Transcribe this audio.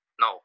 No